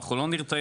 ואנחנו לא נרתעים.